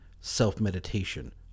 self-meditation